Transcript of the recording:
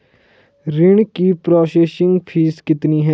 ऋण की processing fee कितनी है?